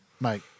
Mate